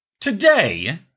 Today